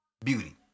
beauty